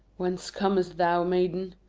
whence comest thou, maiden?